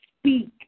speak